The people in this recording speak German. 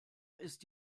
ist